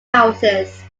houses